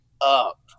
up